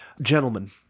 gentlemen